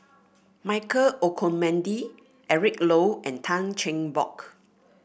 Michael Olcomendy Eric Low and Tan Cheng Bock